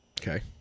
Okay